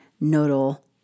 nodal